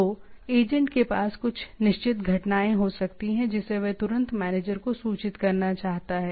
तो एजेंट के पास कुछ निश्चित घटनाएँ हो सकती हैं जिसे वह तुरंत मैनेजर को सूचित करना चाहता है